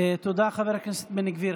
תודה, חבר הכנסת בן גביר.